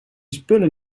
spullen